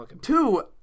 Two